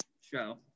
show